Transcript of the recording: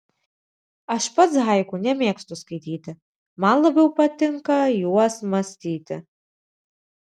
aš pats haiku nemėgstu skaityti man labiau patinka juos mąstyti